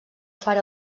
far